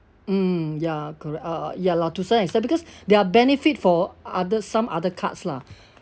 mm ya correct uh ya lor to some extent because there are benefit for other some other cards lah